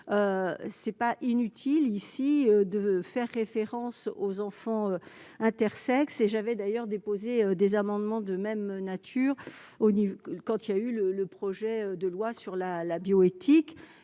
semble pas inutile ici de faire référence aux enfants intersexes. J'avais d'ailleurs déposé des amendements de même nature sur le projet de loi relatif à la bioéthique.